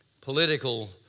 political